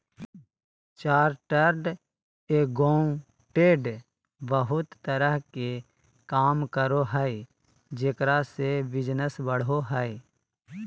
chartered accountant बहुत तरह के काम करो हइ जेकरा से बिजनस बढ़ो हइ